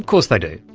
course they do.